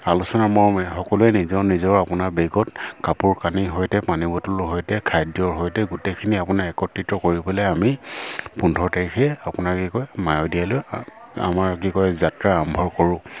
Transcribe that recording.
আলোচনা মৰ্মে সকলোৱে নিজৰ নিজৰ আপোনাৰ বেগত কাপোৰ কানিৰ সৈতে পানী বটলৰ সৈতে খাদ্যৰ সৈতে গোটেইখিনি আপোনাৰ একত্ৰিত কৰিবলৈ আমি পোন্ধৰ তাৰিখে আপোনাক কি কয় মায়'দিয়ালৈ আমাৰ কি কয় যাত্ৰা আৰম্ভ কৰোঁ